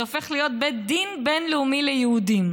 זה הופך להיות בית דין בין-לאומי ליהודים.